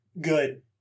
good